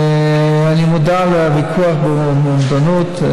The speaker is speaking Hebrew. אני מודע לוויכוח על אובדנות.